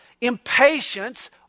impatience